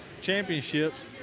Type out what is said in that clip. Championships